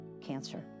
cancer